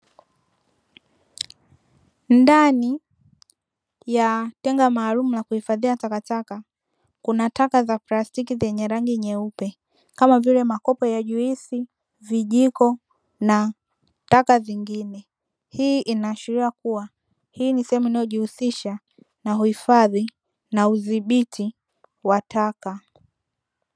Ndani ya tenga maalumu la kuhifadhia taka taka, kuna taka za plastiki zenye rangi nyeupe kama vile makopo ya juisi, vijiko na taka zingine. Hii inashiria kuwa hii ni sehemu inayo jihusisha na uhifadhi na udhibiti wa taka.